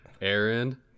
aaron